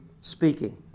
speaking